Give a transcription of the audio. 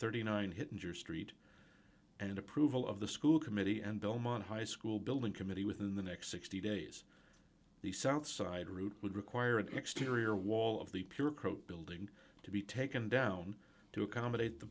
thirty nine dollars hitting your street and approval of the school committee and belmont high school building committee within the next sixty days the south side route would require an exterior wall of the pure coat building to be taken down to accommodate the